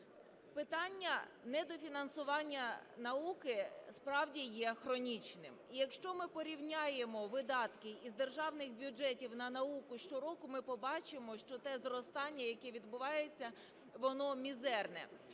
Питання недофінансування науки справді є хронічним. І якщо ми порівняємо видатки з державних бюджетів на науку щороку, ми побачимо, що те зростання, яке відбувається, воно мізерне,